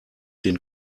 den